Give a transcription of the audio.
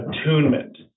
attunement